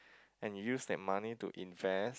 and you use that money to invest